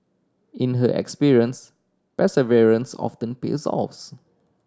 in her experience perseverance often pays off's